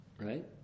Right